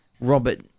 robert